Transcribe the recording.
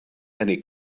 many